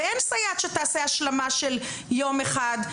ואין סייעת שתעשה השלמה של יום אחד,